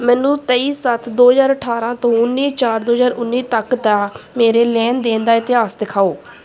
ਮੈਨੂੰ ਤੇਈ ਸੱਤ ਦੋ ਹਜ਼ਾਰ ਅਠਾਰਾਂ ਤੋਂ ਉੱਨੀ ਚਾਰ ਦੋ ਹਜ਼ਾਰ ਉੱਨੀ ਤੱਕ ਦਾ ਮੇਰੇ ਲੈਣ ਦੇਣ ਦਾ ਇਤਿਹਾਸ ਦਿਖਾਓ